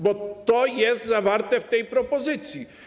Bo to jest zawarte w tej propozycji.